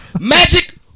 Magic